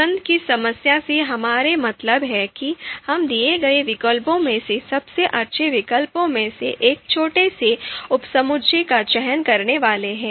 पसंद की समस्या से हमारा मतलब है कि हम दिए गए विकल्पों में से सबसे अच्छे विकल्पों में से एक छोटे से उपसमुच्चय का चयन करने वाले हैं